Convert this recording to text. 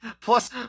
Plus